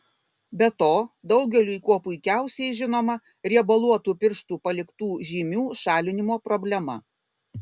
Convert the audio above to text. be to daugeliui kuo puikiausiai žinoma riebaluotų pirštų paliktų žymių šalinimo problema